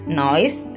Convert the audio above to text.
noise